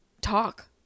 talk